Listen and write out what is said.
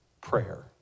prayer